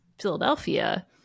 Philadelphia